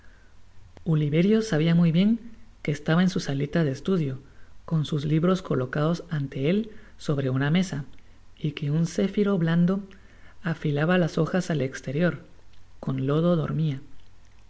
oliverio sabia muy bien que estaba en su salita de estudio con sus libros colocados ante él sobre una mesa y que un zéfiro blando ajilaba las hojas al exterior con lodo dormia